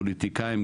פוליטיקאים,